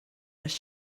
les